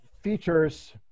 features